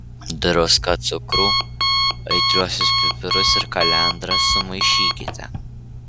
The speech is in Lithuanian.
druską cukrų aitriuosius pipirus ir kalendras sumaišykite